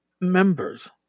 members